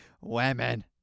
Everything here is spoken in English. women